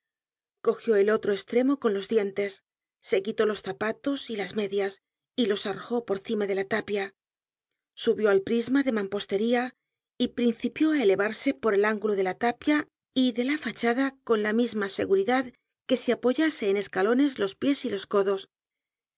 cogió el otro estremo con los dientes se quitó los zapatos y las medias y los arrojó por cima de la tapia subió al prisma de manipostería y principió á elevarse por el ángulo de la tapia y de la fachada con la misma seguridad que si apoyase en escalones los pies y los codos